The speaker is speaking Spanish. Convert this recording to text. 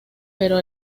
pero